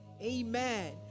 amen